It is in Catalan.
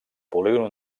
polígon